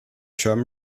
term